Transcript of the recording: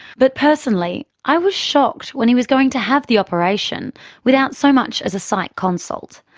but personally i was shocked when he was going to have the operation without so much as a psych consult,